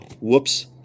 whoops